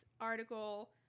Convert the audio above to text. article